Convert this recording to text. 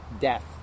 death